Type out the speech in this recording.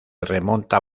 remonta